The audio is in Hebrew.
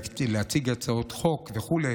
להציג הצעות חוק וכו',